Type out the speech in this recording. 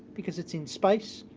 because it's in space.